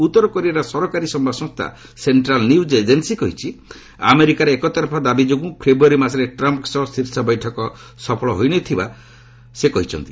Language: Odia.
ଉତ୍ତର କୋରିଆର ସରକାରୀ ସମ୍ଭାଦ ସଂସ୍ଥା ସେଣ୍ଟାଲ୍ ନ୍ୟଜ୍ ଏଜେନ୍ସି କହିଛି ଆମେରିକାର ଏକତରଫା ଦାବି ଯୋଗୁଁ ଫେବ୍ୟାରୀ ମାସରେ ଟ୍ରମ୍ପ୍ଙ୍କ ସହ ଶୀର୍ଷ ବୈଠକ ସଫଳ ହୋଇ ନ ଥିବା କିମ୍ କହିଛନ୍ତି